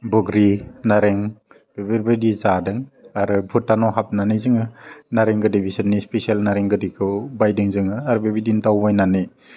बुग्रि नारें बेफोरबायदि जादों आरो भुटानाव हाबनानै जोङो नारें गोदै बिसोरनि स्पेसेल नारें गोदैखौ बायदों जोङो आर बेबायदिनो दावबायनानै